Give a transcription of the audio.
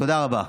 תודה רבה.